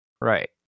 right